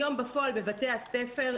היום בפועל בבתי הספר,